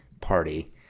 party